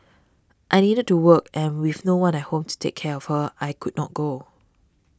I needed to work and with no one at home to take care of her I could not go